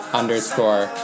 underscore